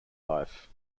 life